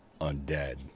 undead